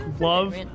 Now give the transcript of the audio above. love